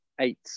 eight